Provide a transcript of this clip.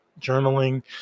journaling